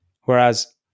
Whereas